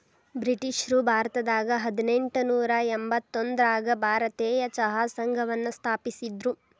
ಬ್ರಿಟಿಷ್ರು ಭಾರತದಾಗ ಹದಿನೆಂಟನೂರ ಎಂಬತ್ತೊಂದರಾಗ ಭಾರತೇಯ ಚಹಾ ಸಂಘವನ್ನ ಸ್ಥಾಪಿಸಿದ್ರು